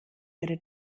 ihre